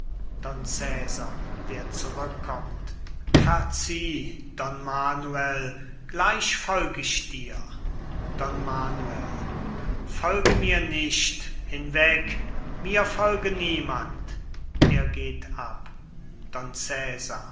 cesar der zurückkommt verzieh don manuel gleich folg ich dir don manuel folge mir nicht hinweg mir folge niemand er geht ab